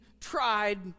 tried